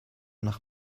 nach